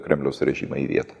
kremliaus režimą į vietą